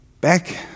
Back